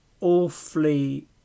awfully